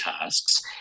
tasks